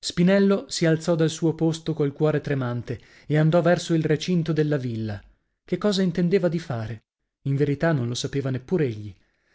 spinello si alzò dal suo posto col cuore tremante e andò verso il recinto della villa che cosa intendeva di fare in verità non lo sapeva neppur egli